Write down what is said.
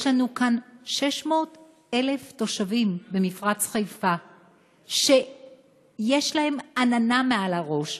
יש לנו כאן 600,000 במפרץ חיפה שיש להם עננה מעל הראש.